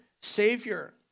savior